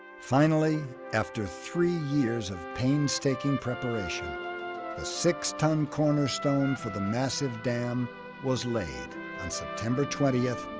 finally, after three years of painstaking preparation, the six ton cornerstone for the massive dam was laid on september twenty,